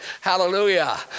Hallelujah